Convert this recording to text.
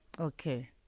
Okay